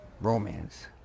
romance